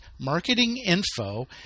marketinginfo